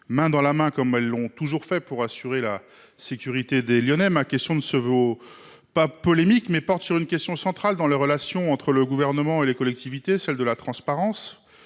main dans la main, comme elles l’ont toujours fait, pour assurer la sécurité des Lyonnais, ma question ne se veut pas polémique, mais elle porte sur une dimension centrale des relations entre le Gouvernement et les collectivités territoriales : la transparence.